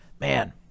man